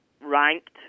ranked